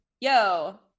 yo